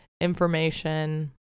information